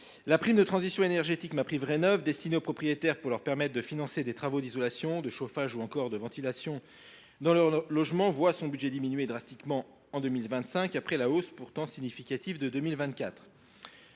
La prime de transition énergétique MaPrimeRénov’, destinée aux propriétaires pour leur permettre de financer des travaux d’isolation, de chauffage ou encore de ventilation dans leur logement, voit son budget diminuer drastiquement en 2025, après une hausse significative de 2024.